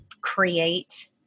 create